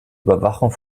überwachung